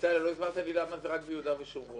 בצלאל, לא הסברת לי למה זה רק ביהודה ושומרון.